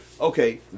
okay